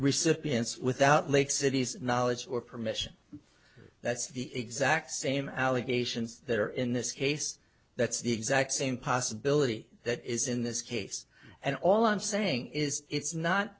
recipients without lake city's knowledge or permission that's the exact same allegations that are in this case that's the exact same possibility that is in this case and all i'm saying is it's not